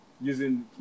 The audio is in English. using